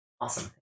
Awesome